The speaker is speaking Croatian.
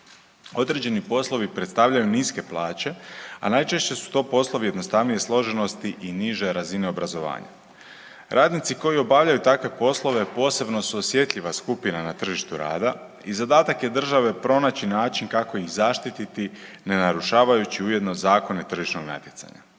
Određeni poslovi predstavljaju niske plaće, a najčešće su to poslovi jednostavnije složenosti i niže razine obrazovanja. Radnici koji obavljaju takve poslove posebno su osjetljiva skupina na tržištu rada i zadatak je države pronaći način kako ih zaštiti ne narušavajući ujedno zakone tržišnog natjecanja.